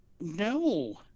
No